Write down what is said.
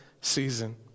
season